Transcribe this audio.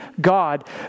God